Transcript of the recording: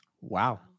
Wow